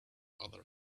other